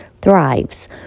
Thrives